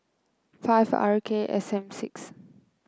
five R K S M six